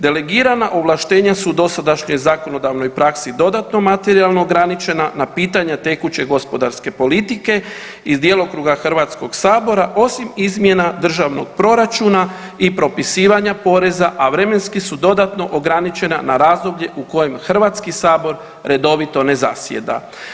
Delegirana ovlaštenja su u dosadašnjoj zakonodavnoj praksi dodatno materijalno ograničena na pitanja tekuće gospodarske politike iz djelokruga HS-a osim izmjena državnog proračuna i propisivanja poreza, a vremenski su dodatno ograničena na razdoblje u kojem HS redovito ne zasjeda.